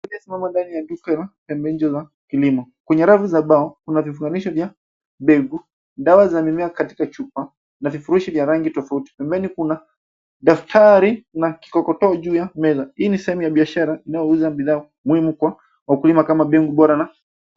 Umesimama ndani ya duka la pembejeo za kilimo. Kwenye rafu za mbao kuna vifunganisho vya mbegu, dawa za mimea katika chupa, na vifurushi vya rangi tofauti. Pembeni kuna daftari na kikokotoo juu ya meza. Hii ni sehemu ya biashara inayouza bidhaa muhimu kwa wakulima kama mbegu bora na.